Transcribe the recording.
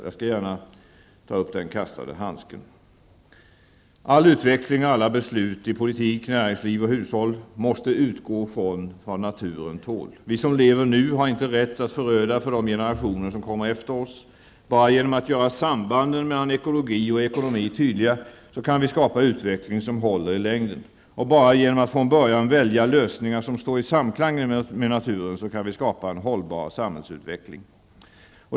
Jag skall gärna ta upp den kastade handsken. All utveckling och alla beslut -- i politik, näringsliv och hushåll -- måste utgå från vad naturen tål. Vi som lever nu har inte rätt att föröda för de generationer som kommer efter oss. Bara genom att göra sambanden mellan ekologi och ekonomi tydliga kan vi skapa en utveckling som håller i längden. Bara genom att från början välja lösningar som står i samklang med naturen kan vi skapa en hållbar samhällsutveckling.